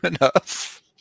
enough